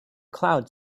cloud